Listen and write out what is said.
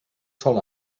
sol